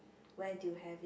where did you have it